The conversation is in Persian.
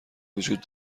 وجود